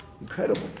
Incredible